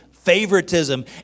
Favoritism